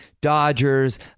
Dodgers